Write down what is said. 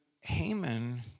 Haman